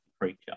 creature